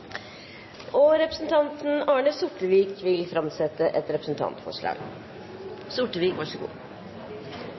saken. Representanten Arne Sortevik vil framsette et representantforslag.